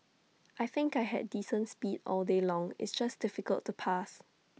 I think I had decent speed all day long it's just difficult to pass